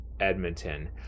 Edmonton